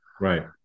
Right